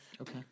Okay